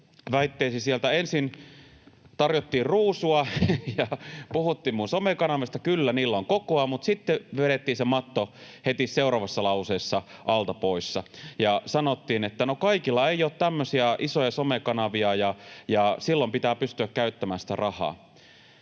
väitteisiin. Sieltä ensin tarjottiin ruusua ja puhuttiin minun somekanavista — kyllä, niillä on kokoa — mutta sitten vedettiin se matto heti seuraavassa lauseessa alta pois ja sanottiin, että ”no kaikilla ei ole tämmöisiä isoja somekanavia, ja silloin pitää pystyä käyttämään sitä rahaa”.